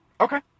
Okay